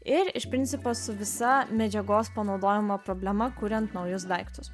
ir iš principo su visa medžiagos panaudojimo problema kuriant naujus daiktus